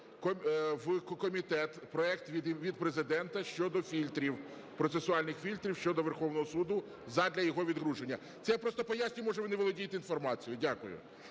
в комітет проект від Президента щодо фільтрів, процесуальних фільтрів щодо Верховного Суду задля його відгруження. Це я просто пояснюю, може, ви не володієте інформацією. Дякую.